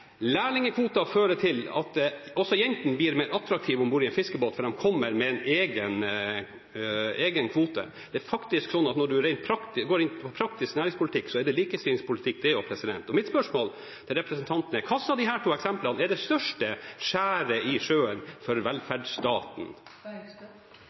Lærlingkvoter fører til at også jentene blir mer attraktive om bord i en fiskebåt, for de kommer med en egen kvote. Det er faktisk slik at når man går inn på praktisk næringspolitikk, er også det likestillingspolitikk. Mitt spørsmål til representanten er: Hvilket av de to eksemplene er det største skjæret i sjøen for